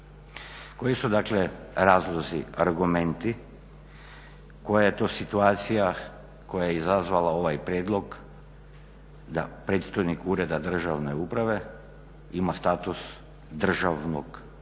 Koji su razlozi, argumenti koja je to situacija koja je izazvala ovaj prijedlog da predstojnik ureda državne uprave ima status državnog